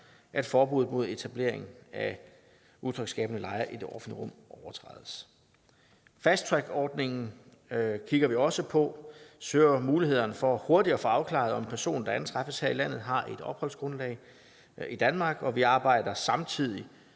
gang forbuddet mod etablering af utryghedsskabende lejre i det offentlige rum overtrædes. Fast track-ordningen kigger vi også på; vi undersøger jo mulighederne for hurtigt at få afklaret, om personer, der antræffes her i landet, har et opholdsgrundlag i Danmark, og vi arbejder samtidig